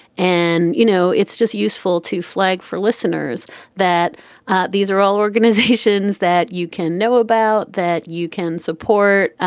and, you know, it's just useful to flag for listeners that these are all organizations that you can know about that you can support.